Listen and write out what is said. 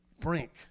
brink